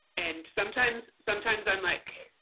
and sometimes, sometimes i'm like,